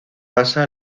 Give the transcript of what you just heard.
basa